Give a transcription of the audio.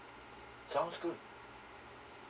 sounds good